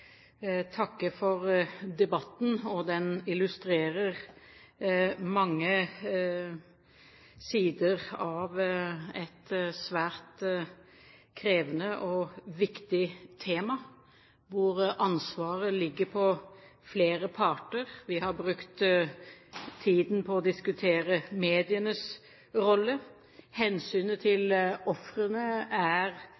takke for debatten. Den illustrerer mange sider av et svært krevende og viktig tema, hvor ansvaret ligger på flere parter. Vi har brukt tiden på å diskutere medienes rolle. Hensynet